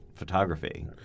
photography